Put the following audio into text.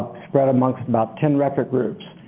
spread amongst about ten record groups.